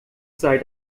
sei